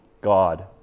God